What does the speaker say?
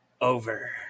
over